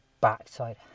backside